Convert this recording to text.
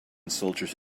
soldiers